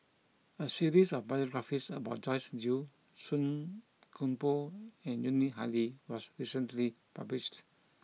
a series of biographies about Joyce Jue Song Koon Poh and Yuni Hadi was recently published